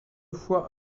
fois